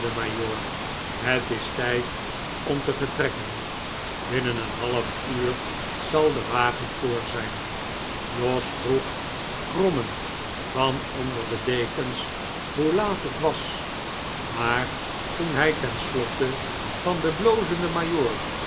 het is tijd om te vertrekken binnen een half uur zal de wagen voor zijn jos vroeg grommend van onder de dekens hoe laat het was maar toen hij ten slotte van den blozenden